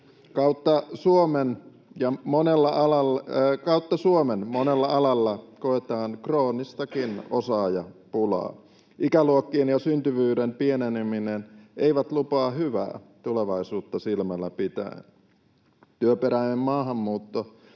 Kautta Suomen monella alalla koetaan kroonistakin osaajapulaa. Ikäluokkien ja syntyvyyden pieneneminen ei lupaa hyvää tulevaisuutta silmällä pitäen. Työperäinen maahanmuutto